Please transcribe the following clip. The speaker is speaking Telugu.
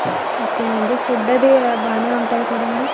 ఓకే నండి ఫుడ్ అది బాగానే ఉంటుంది కదండి